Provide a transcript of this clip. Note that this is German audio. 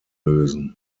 lösen